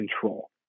control